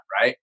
right